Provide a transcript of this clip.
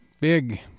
big